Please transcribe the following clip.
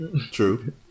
true